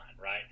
right